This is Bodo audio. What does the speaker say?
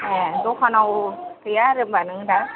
ए दखानाव गैया आरो होमबा नों दा